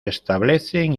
establecen